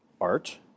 art